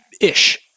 ...ish